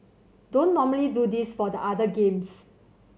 don't normally do this for the other games